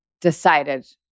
decided